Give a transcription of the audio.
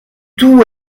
tout